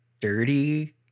dirty